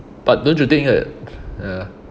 but don't you think that ya